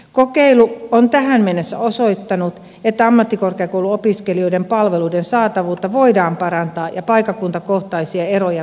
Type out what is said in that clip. kokeilu on tähän mennessä osoittanut että ammattikorkeakouluopiskelijoiden palveluiden saatavuutta voidaan parantaa ja paikka kuntakohtaisia eroja vähentää